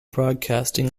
broadcasting